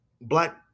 black